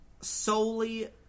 solely